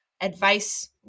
advice